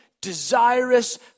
desirous